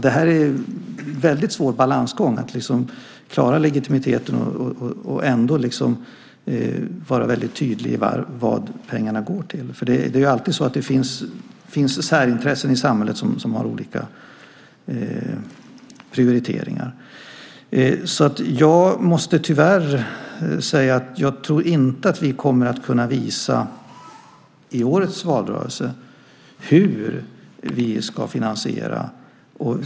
Det är en väldigt svår balansgång att klara legitimiteten och ändå vara väldigt tydlig med vad pengarna går till. Det finns ju alltid särintressen i samhället som har olika prioriteringar. Jag måste tyvärr säga att jag inte tror att vi i årets valrörelse kommer att kunna visa hur vi ska finansiera ett borttagande av fastighetsskatten.